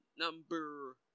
Number